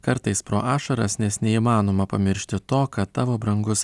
kartais pro ašaras nes neįmanoma pamiršti to kad tavo brangus